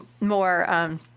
more –